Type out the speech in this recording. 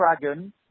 Dragon